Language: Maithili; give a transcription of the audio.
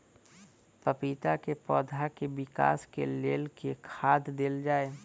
पपीता केँ पौधा केँ विकास केँ लेल केँ खाद देल जाए?